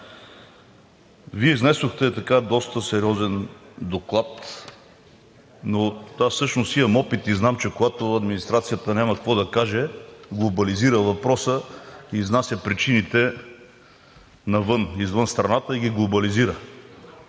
Вие изнесохте доста сериозен доклад, но аз всъщност имам опит и знам, че когато администрацията няма какво да каже, глобализира въпроса и изнася причините навън, извън страната и ги глобализира.